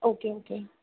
okay okay